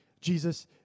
Jesus